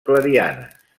clarianes